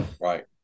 Right